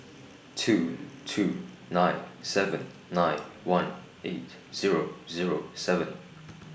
two two nine seven nine one eight Zero Zero seven